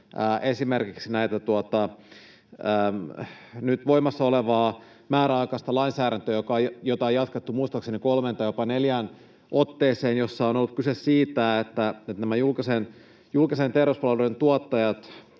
esimerkiksi tätä nyt voimassa olevaa määräaikaista lainsäädäntöä. Sitä on jatkettu muistaakseni kolmeen tai jopa neljään otteeseen, ja siinä on ollut kyse siitä, että nämä julkisten terveyspalveluiden tuottajat